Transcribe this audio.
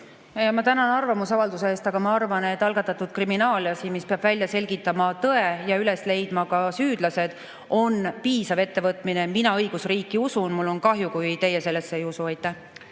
Ma tänan arvamusavalduse eest. Aga ma arvan, et algatatud kriminaalasi, mis peab välja selgitama tõe ja üles leidma ka süüdlased, on piisav ettevõtmine. Mina usun õigusriiki. Mul on kahju, kui teie sellesse ei usu.